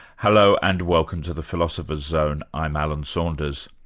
hello, and welcome to the philosopher's zone. i'm alan saunders.